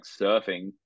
surfing